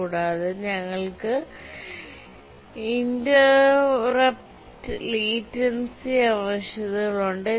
കൂടാതെ ഞങ്ങൾക്ക് interrupt latency ആവശ്യകതകളുണ്ട്